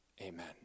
Amen